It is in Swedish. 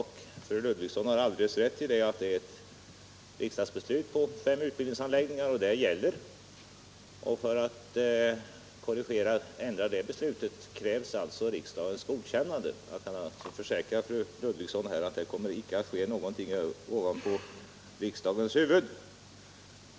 Fru Ludvigsson har alldeles rätt i att det fattats ett riksdagsbeslut om fem utbildningsanläggningar och att det beslutet gäller. För ändring av det krävs riksdagens godkännande. Jag kan alltså försäkra fru Ludvigsson att det här icke kommer att ske någonting ovanför riksdagsledamöternas huvuden.